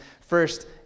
First